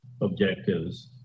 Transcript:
objectives